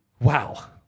Wow